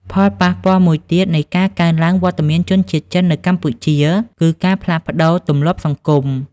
ផលប៉ះពាល់មួយទៀតនៃការកើនឡើងវត្តមានជនជាតិចិននៅកម្ពុជា គឺការផ្លាស់ប្តូរទម្លាប់សង្គម។